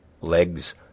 legs